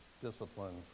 discipline